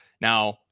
Now